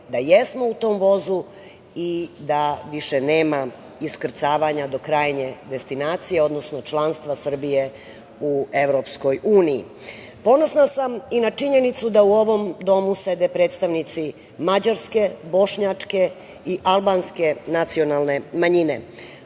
da jesmo u tom vozu i da više nema iskrcavanja do krajnje destinacije, odnosno članstva Srbije u EU.Ponosna sam i na činjenicu da u ovom domu sede predstavnici mađarske, bošnjačke i albanske nacionalne manjine.